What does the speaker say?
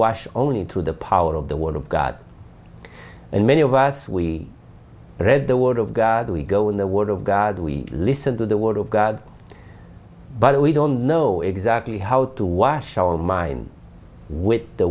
into the power of the word of god and many of us we read the word of god we go in the word of god we listen to the word of god but we don't know exactly how to wash our mind which the